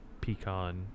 pecan